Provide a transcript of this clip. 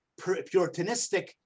puritanistic